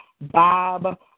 Bob